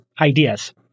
ideas